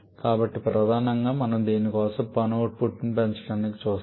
కాబట్టి ప్రధానంగా మనము దీని కోసం పని అవుట్పుట్ను పెంచడానికి చూస్తాము